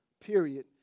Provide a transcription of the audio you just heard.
period